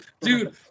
dude